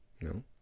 No